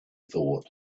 thought